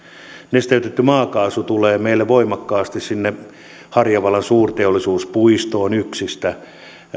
nesteytetty maakaasu tulee meille voimakkaasti sinne harjavallan suurteollisuuspuistoon yksistä